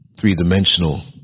three-dimensional